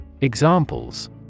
Examples